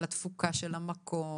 על התפוקה של המקום,